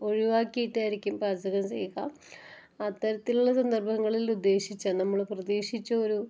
ഒഴിവാക്കിയിട്ടായിരിക്കും പാചകം ചെയ്യുക അത്തരത്തിലുള്ള സന്ദര്ഭങ്ങളില് ഉദ്ദേശിച്ച നമ്മൾ പ്രതീക്ഷിച്ച ഒരു